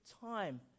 time